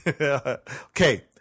okay